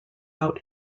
out